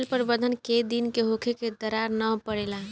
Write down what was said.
जल प्रबंधन केय दिन में होखे कि दरार न परेला?